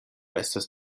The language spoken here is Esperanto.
estas